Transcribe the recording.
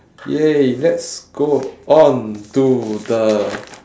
!yay! let's go on to the